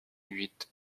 huit